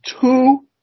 two